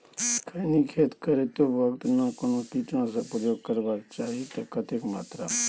की खेत करैतो वक्त भी कोनो कीटनासक प्रयोग करबाक चाही त कतेक मात्रा में?